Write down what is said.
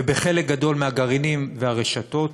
ובחלק גדול מהגרעינים והרשתות